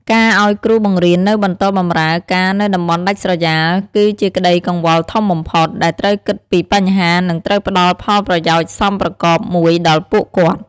ការឱ្យគ្រូបង្រៀននៅបន្តបម្រើការនៅតំបន់ដាច់ស្រយាល គឺជាក្តីកង្វល់ធំបំផុត ដែលត្រូវគិតពីបញ្ហានិងត្រូវផ្តល់ផលប្រយោជន៍សមប្រកបមួយដល់ពួកគាត់។